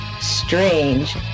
strange